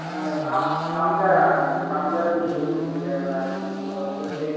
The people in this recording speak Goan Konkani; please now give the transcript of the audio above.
न्हू काम कामदार आहा न्हू गो कामदाराचे पयशे दिवंक जाय बाय परते